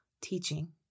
teaching